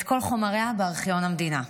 את כל חומריה בארכיון המדינה,